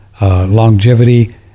longevity